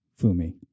Fumi